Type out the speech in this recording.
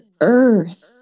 earth